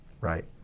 right